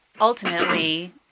ultimately